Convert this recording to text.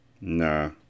nah